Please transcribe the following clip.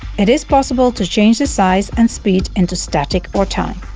it is possible to change the size and speed into static or time